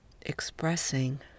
expressing